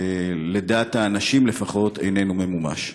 לדעת האנשים לפחות, איננו ממומש?